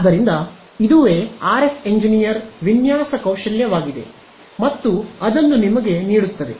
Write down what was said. ಆದ್ದರಿಂದ ಇದುವೇ RF engineer ವಿನ್ಯಾಸ ಕೌಶಲ್ಯವಾಗಿದೆ ಮತ್ತು ಅದನ್ನು ನಿಮಗೆ ನೀಡುತ್ತದೆ